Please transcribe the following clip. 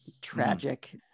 Tragic